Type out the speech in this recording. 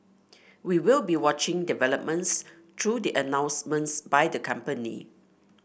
we will be watching developments through the announcements by the company